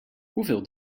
hoeveel